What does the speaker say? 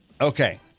Okay